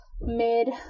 mid